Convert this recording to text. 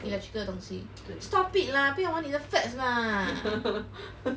electrical 的东西 stop it lah 不要玩你的 fats lah